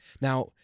Now